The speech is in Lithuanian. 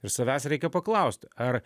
ir savęs reikia paklausti ar